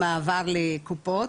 למעבר לקופות,